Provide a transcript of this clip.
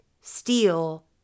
steal